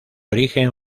origen